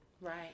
Right